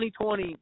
2020